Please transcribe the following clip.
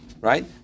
right